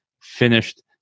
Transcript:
finished